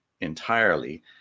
entirely